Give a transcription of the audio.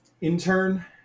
intern